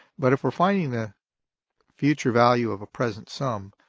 but if we're finding the future value of a present sum,